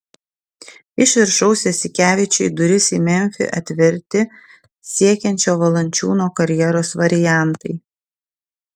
iš viršaus jasikevičiui duris į memfį atverti siekiančio valančiūno karjeros variantai